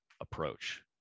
approach